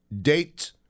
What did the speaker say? date